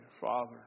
Father